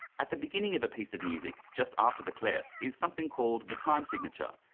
at the beginning of a piece of music, just after the clef, is something called the time signature,